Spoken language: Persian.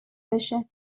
بشه